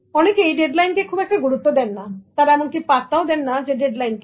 অনেকেই ডেডলাইন কে খুব একটা গুরুত্ব দেন না তারা এমনকি পাত্তা দেয় না ডেডলাইন কে